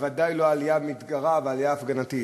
ודאי עלייה מתגרה ועלייה הפגנתית.